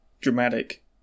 dramatic